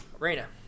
reina